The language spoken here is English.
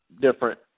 different